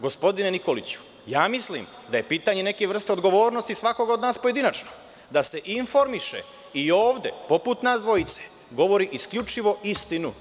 Gospodine Nikoliću, ja mislim da je pitanje neke vrste odgovornosti svakog od nas pojedinačno, da se informiše i ovde poput nas dvojice, govori isključivo istinu.